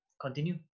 continue